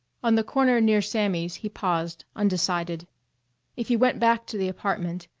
on the corner near sammy's he paused undecided if he went back to the apartment,